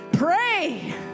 Pray